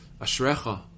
Ashrecha